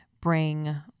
bring